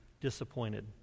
Disappointed